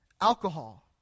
Alcohol